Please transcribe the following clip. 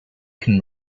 can